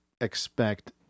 expect